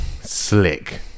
slick